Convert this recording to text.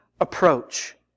approach